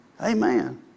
Amen